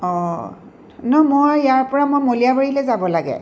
অঁ নহয় মই ইয়াৰ পৰা মই মলীয়াবাৰীলৈ যাব লাগে